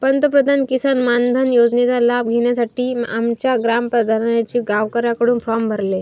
पंतप्रधान किसान मानधन योजनेचा लाभ घेण्यासाठी आमच्या ग्राम प्रधानांनी गावकऱ्यांकडून फॉर्म भरले